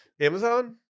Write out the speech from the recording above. Amazon